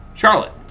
Charlotte